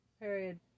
Period